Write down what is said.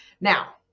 Now